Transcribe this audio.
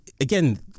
again